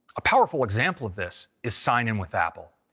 a powerful example of this is sign in with apple,